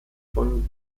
von